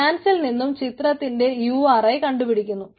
ഗ്ലാൻസിൽ നിന്നും ചിത്രത്തിന്റെ URI കണ്ടുപിടിക്കുന്നു